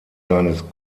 seines